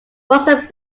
buzzer